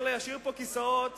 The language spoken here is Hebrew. מאשר להשאיר פה כיסאות